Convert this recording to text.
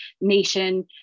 Nation